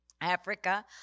Africa